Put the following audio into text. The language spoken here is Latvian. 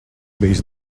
bijis